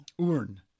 Urn